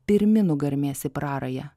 pirmi nugarmės į prarają